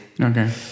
Okay